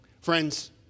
Friends